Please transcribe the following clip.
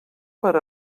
per